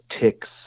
ticks